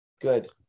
Good